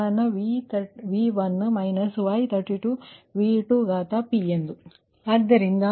ಆದ್ದರಿಂದ ಈ ವಿಷಯದ ಬಗ್ಗೆ ನೇರವಾಗಿ ಅಥವಾ ಪಡೆಯುವಲ್ಲಿ ಯಾವುದೇ ಪ್ರಶ್ನೆಯಿಲ್ಲ